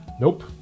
Nope